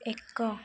ଏକ